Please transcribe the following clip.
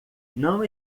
não